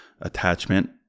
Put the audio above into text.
Attachment